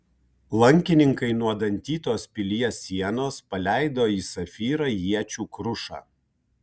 lankininkai nuo dantytos pilies sienos paleido į safyrą iečių krušą